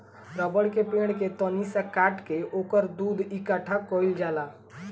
रबड़ के पेड़ के तनी सा काट के ओकर दूध इकट्ठा कइल जाला